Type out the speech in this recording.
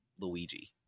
Luigi